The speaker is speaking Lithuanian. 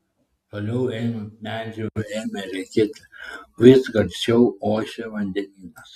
toliau einant medžių ėmė retėti vis garsiau ošė vandenynas